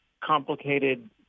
complicated